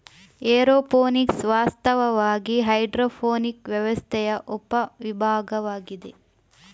aeroponics ವಾಸ್ತವವಾಗಿ hydroponic ವ್ಯವಸ್ಥೆಯ ಉಪ ವಿಭಾಗವಾಗಿದೆ